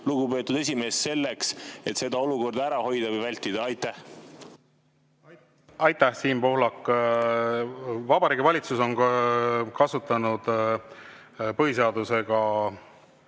lugupeetud esimees, selleks, et seda olukorda ära hoida või vältida? Aitäh, Siim Pohlak! Vabariigi Valitsus on kasutanud põhiseadusega